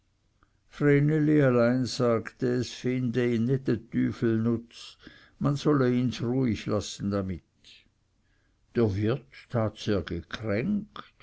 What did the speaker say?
allein sagte es finde ihn nit e tüfel nutz und man solle ihns ruhig lassen damit der wirt tat sehr gekränkt